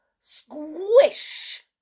Squish